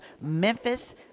Memphis